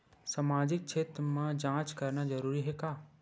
सामाजिक क्षेत्र म जांच करना जरूरी हे का?